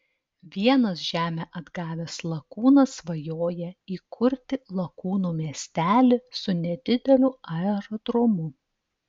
vienas žemę atgavęs lakūnas svajoja įkurti lakūnų miestelį su nedideliu aerodromu